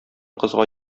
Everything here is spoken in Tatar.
кызга